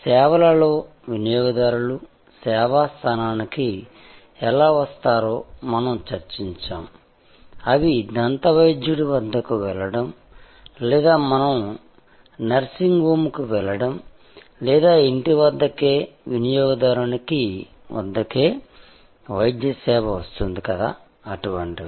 సేవలలో వినియోగదారులు సేవా స్థానానికి ఎలా వస్తారో మనం చర్చించాము అవి దంతవైద్యుడి వద్దకు వెళ్లడం లేదా మనం నర్సింగ్ హోమ్కు వెళ్లడం లేదా ఇంటి వద్దకే వినియోగదారునికి వద్ద కే వైద్య సేవ వస్తుంది కదా అటువంటివి